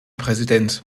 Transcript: präsident